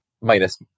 minus